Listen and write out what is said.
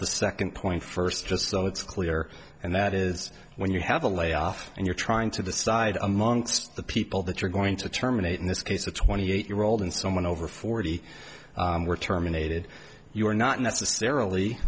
the second point first just so it's clear and that is when you have a layoff and you're trying to the side amongst the people that you're going to terminate in this case a twenty eight year old and someone over forty were terminated you are not necessarily